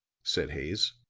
said haines.